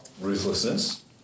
ruthlessness